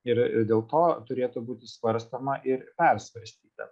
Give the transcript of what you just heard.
ir dėl to turėtų būti svarstoma ir persvarstyta